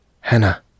Hannah